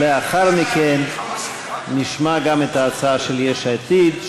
לאחר מכן נשמע גם את ההצעה של יש עתיד,